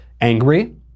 angry